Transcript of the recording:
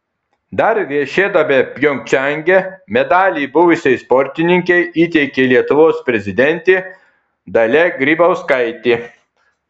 dar viešėdama pjongčange medalį buvusiai sportininkei įteikė lietuvos prezidentė dalia grybauskaitė